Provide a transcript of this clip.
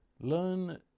learn